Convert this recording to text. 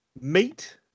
meat